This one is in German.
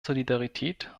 solidarität